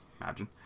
imagine